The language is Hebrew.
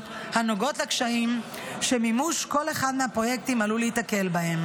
הנוגעות לקשיים שמימוש כל אחד מהפרויקטים עלול להיתקל בהם"